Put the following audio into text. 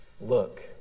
look